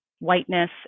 whiteness